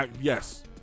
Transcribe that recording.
Yes